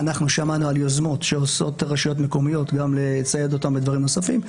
שמענו על יוזמות שעושות רשויות מקומיות גם לצייד אותם בדברים נוספים.